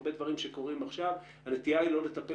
הרבה דברים שקורים עכשיו הנטייה היא לא לטפל